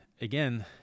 again